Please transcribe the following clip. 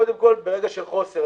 קודם כול, ברגע של חוסר.